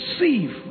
Receive